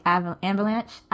Avalanche